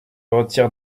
retire